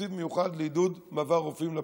תקציב מיוחד לעידוד מעבר רופאים לפריפריה,